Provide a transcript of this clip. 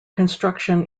construction